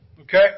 Okay